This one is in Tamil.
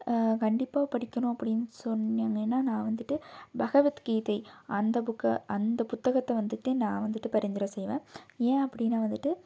கண்டிப்பாக படிக்கணும் அப்படின் சொன்னேங்கன்னால் நான் வந்துட்டு பகவத்கீதை அந்த புக்கை அந்த புத்தகத்தை வந்துட்டு நான் வந்துட்டு பரிந்துரை செய்வேன் ஏன் அப்படின்னா வந்துட்டு